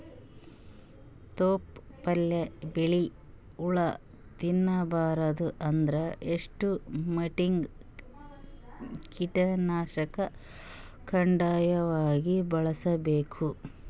ತೊಪ್ಲ ಪಲ್ಯ ಬೆಳಿ ಹುಳ ತಿಂಬಾರದ ಅಂದ್ರ ಎಷ್ಟ ಮಟ್ಟಿಗ ಕೀಟನಾಶಕ ಕಡ್ಡಾಯವಾಗಿ ಬಳಸಬೇಕು?